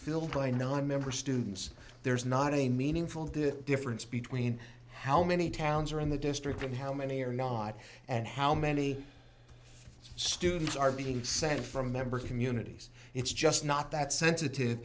filled by nonmember students there's not a meaningful the difference between how many towns are in the district and how many are not and how many students are being sent from member communities it's just not that sensitive